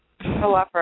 Hello